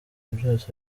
byose